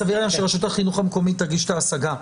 סביר להניח שרשות החינוך המקומית תגיש את ההשגה.